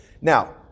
Now